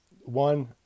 one